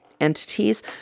entities